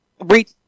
reach